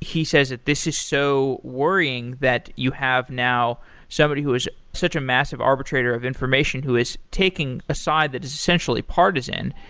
he says that this is so worrying that you have now somebody who is such a massive arbitrator of information who is taking aside that is essentially partisan,